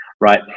Right